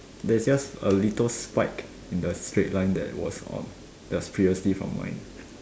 there's just a little spike in the straight line that was on that's previously from mine